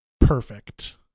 perfect